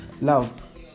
love